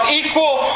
equal